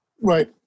right